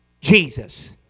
Jesus